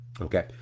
Okay